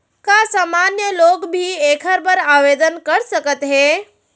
का सामान्य लोग भी एखर बर आवदेन कर सकत हे?